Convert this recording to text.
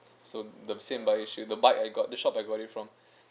so the same but it should the bike I got this shop I got it from